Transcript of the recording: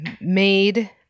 made